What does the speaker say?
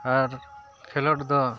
ᱟᱨ ᱠᱷᱮᱞᱳᱸᱰ ᱫᱚ